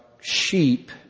sheep